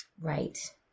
Right